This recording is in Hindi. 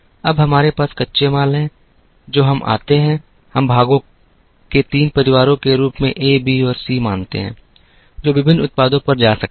अब हमारे पास कच्चे माल हैं जो हम आते हैं हम भागों के तीन परिवारों के रूप में ए बी और सी मानते हैं जो विभिन्न उत्पादों पर जा सकते हैं